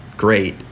Great